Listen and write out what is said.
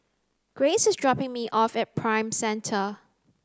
Grayce is dropping me off at Prime Centre